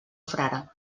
frare